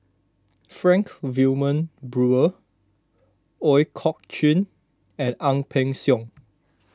Frank Wilmin Brewer Ooi Kok Chuen and Ang Peng Siong